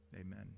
Amen